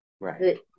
Right